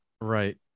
right